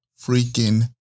freaking